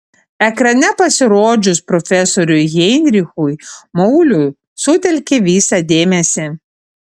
ekrane pasirodžius profesoriui heinrichui mauliui sutelkė visą dėmesį